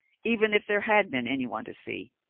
even if there had been anyone to see.